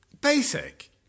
Basic